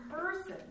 person